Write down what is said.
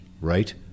Right